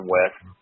West